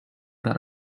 that